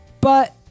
But-